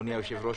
אדוני היושב-ראש,